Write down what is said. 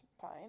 fine